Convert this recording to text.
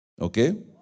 Okay